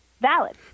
valid